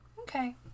Okay